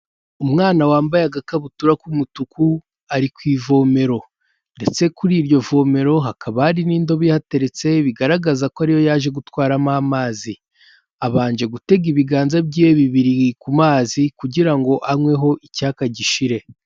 Umwana wambaye agakabutura k'umutuku ari ku ivomero ndetse kuri iryo vomero hakaba hari n'indobo ihateretse bigaragaza ko ariyo yaje gutwaramo amazi, abanje gutega ibiganza bye bibiri ku mazi kugira ngo anyweho icyaka gishire.